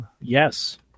Yes